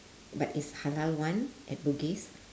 but is halal [one] at bugis